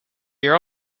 your